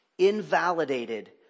invalidated